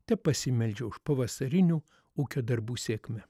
tepasimeldžia už pavasarinių ūkio darbų sėkmę